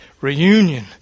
reunion